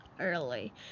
early